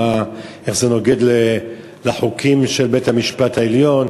איך זה נוגד לחוקים של בית-המשפט העליון.